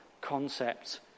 concepts